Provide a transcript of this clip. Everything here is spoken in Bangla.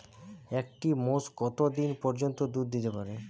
একটি মোষ কত দিন পর্যন্ত দুধ দিতে পারে?